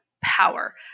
power